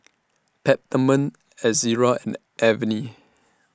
Peptamen Ezerra Avene